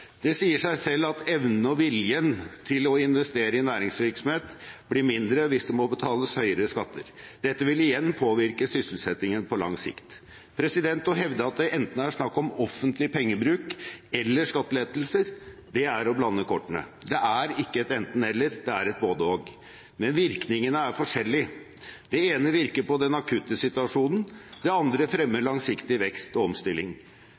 Det sier seg selv at evnen og viljen til å investere i næringsvirksomhet blir mindre hvis det må betales høyere skatter. Dette vil igjen påvirke sysselsettingen på lang sikt. Å hevde at det er snakk om enten offentlig pengebruk eller skattelettelser, er å blande kortene. Det er ikke enten–eller, det er både–og. Men virkningene er forskjellige. Det ene virker på den akutte situasjonen, det andre fremmer langsiktig vekst og omstilling.